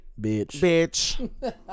Bitch